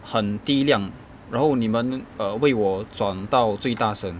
很低量然后你们 err 为我转到最大声